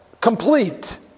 complete